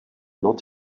not